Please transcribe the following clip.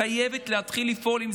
חייבת להתחיל לפעול ולהיערך לקליטה,